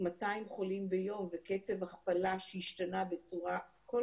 200 חולים ביום וקצב הכפלה שהשתנה בצורה כל